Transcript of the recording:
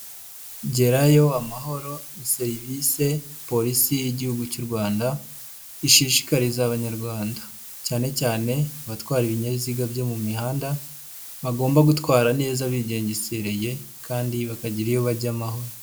Gerayo amahoro ni serivisi polisi y'Igihugu cy'u Rwanda ishishikariza abanyarwanda, cyane cyane abatwara ibinyabiziga byo mu mihanda, bagomba gutwara neza bigengesereye kandi bakagera iyo bajya amahoro.